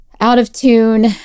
out-of-tune